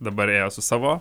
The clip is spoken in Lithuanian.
dabar ėjo su savo